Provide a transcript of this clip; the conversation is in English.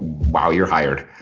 wow, you're hired.